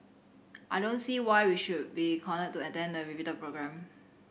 I don't see why we should be cornered to attend the repeated programme